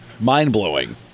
mind-blowing